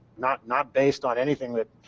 not not based on anything that